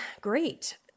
great